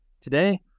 Today